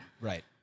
Right